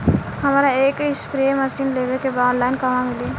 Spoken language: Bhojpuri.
हमरा एक स्प्रे मशीन लेवे के बा ऑनलाइन कहवा मिली?